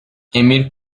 emir